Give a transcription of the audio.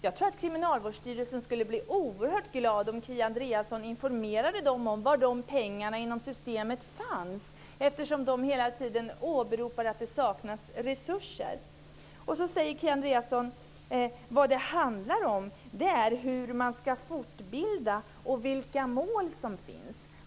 Jag tror att Kriminalvårdsstyrelsen skulle bli oerhört glad om Kia Andreasson informerade dem om var de pengarna inom systemet finns, eftersom de hela tiden åberopar att det saknas resurser. Kia Andreasson säger också att vad det handlar om är hur man ska fortbilda och vilka mål som finns.